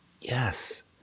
Yes